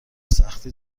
سختی